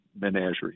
menagerie